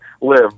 live